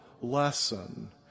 lesson